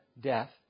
death